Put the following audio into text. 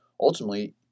ultimately